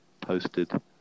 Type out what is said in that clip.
posted